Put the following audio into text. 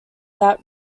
that